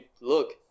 look